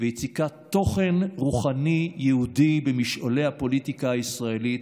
ויצקה תוכן רוחני יהודי במשעולי הפוליטיקה הישראלית.